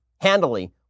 handily